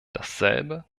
dasselbe